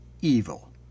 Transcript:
evil